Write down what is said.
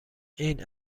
این